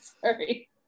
sorry